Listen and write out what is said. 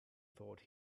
thought